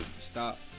stop